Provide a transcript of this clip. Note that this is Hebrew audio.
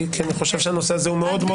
אני חושב שהנושא הזה חשוב מאוד.